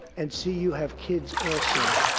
and see you have kids also.